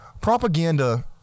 Propaganda